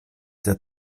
der